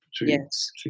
Yes